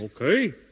Okay